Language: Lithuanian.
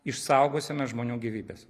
išsaugosime žmonių gyvybes